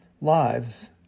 lives